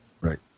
Right